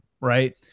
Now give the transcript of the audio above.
Right